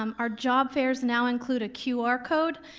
um our job fairs now include a qr code,